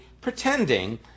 pretending